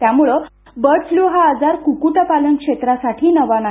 त्यामुळे bird flu हा आजार कुक्कुटपालन क्षेत्रासाठी नवा नाही